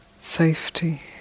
safety